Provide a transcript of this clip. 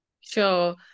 sure